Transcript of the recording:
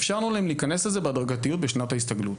אפשרנו להם להיכנס לזה בהדרגתיות בשנת ההסתגלות.